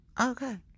Okay